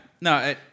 No